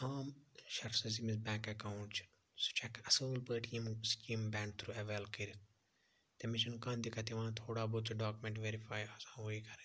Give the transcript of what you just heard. عام شَخصَس ییٚمِس بیٚنک ایٚکاوُنٹ چھُ سُہ چھُ ہیٚکان اصیل پٲٹھۍ یِم سکیٖم بیٚنک تھروٗ اَویل کٔرِتھ تٔمِس چھَنہٕ کٕہٕنۍ دِکَت یِوان تھوڑا بہت چھ ڈاکمنٹ ویٚرِفاے آسان ون کَرٕنۍ